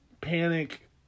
panic